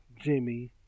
jimmy